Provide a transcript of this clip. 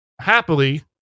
happily